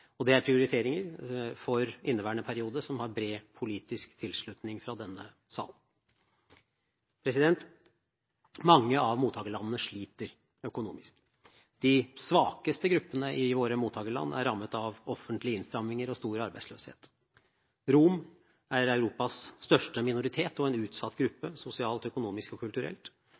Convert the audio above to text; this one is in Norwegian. mottakerlandene. Det er prioriteringer for inneværende periode som har bred politisk tilslutning fra denne sal. Mange av mottakerlandene sliter økonomisk. De svakeste gruppene i våre mottakerland er rammet av offentlige innstramninger og stor arbeidsløshet: Romfolket er Europas største minoritet og en utsatt gruppe sosialt, økonomisk og kulturelt.